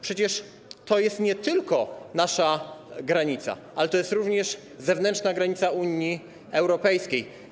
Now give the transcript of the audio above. Przecież to jest nie tylko nasza granica, ale to jest również zewnętrzna granica Unii Europejskiej.